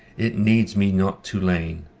it needs me not to layne,